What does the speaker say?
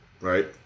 right